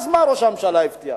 אז מה ראש הממשלה הבטיח?